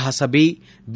ಹಸಬಿ B